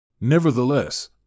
Nevertheless